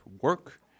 work